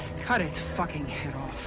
cut its fucking head off.